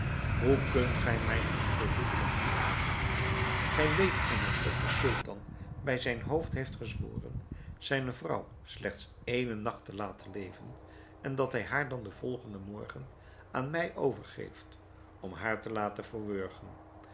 hoe kunt gij mij een verzoek van dien aard doen gij weet immers dat de sultan bij zijn hoofd heeft gezworen zijne vrouw slechts éénen nacht te laten leven en dat hij haar den volgenden morgen aan mij overgeeft om haar te laten